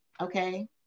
okay